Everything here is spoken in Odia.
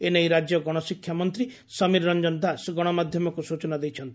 ଏ ନେଇ ରାଜ୍ୟ ଗଣଶିକ୍ଷା ମନ୍ତୀ ସମୀର ରଞ୍ଞନ ଦାସ ଗଣମାଧ୍ଘମକୁ ସୂଚନା ଦେଇଛନ୍ତି